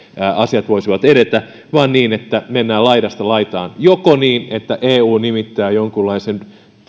asiat voisivat edetä vaan mennään laidasta laitaan joko niin että eu nimittää jonkunlaisen